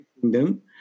Kingdom